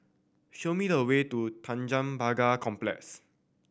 show me the way to Tanjong Pagar Complex